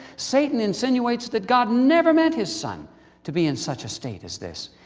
satan insinuated that god never meant his son to be in such a state as this.